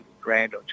grand